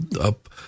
up